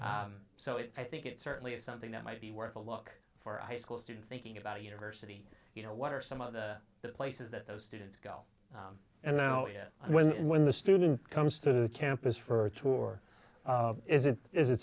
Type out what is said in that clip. so i think it certainly is something that might be worth a look for a high school student thinking about a university you know what are some of the places that those students go and i know it when the student comes to campus for a tour is it is it